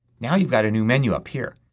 now you've got a new menu up here.